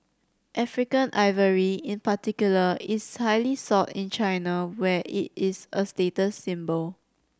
African ivory in particular is highly sought in China where it is a status symbol